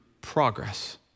progress